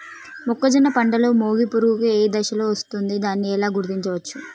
మొక్కజొన్న పంటలో మొగి పురుగు ఏ దశలో వస్తుంది? దానిని ఎలా గుర్తించవచ్చు?